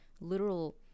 literal